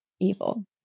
evil